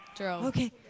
okay